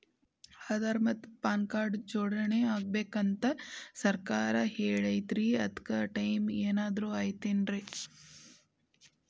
ಆಧಾರ ಮತ್ತ PAN card ನ ಜೋಡಣೆ ಮಾಡ್ಬೇಕು ಅಂತಾ ಸರ್ಕಾರ ಹೇಳೈತ್ರಿ ಅದ್ಕ ಟೈಮ್ ಏನಾರ ಐತೇನ್ರೇ?